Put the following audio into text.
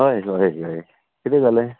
हय हय हय कितें जालें